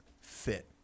fit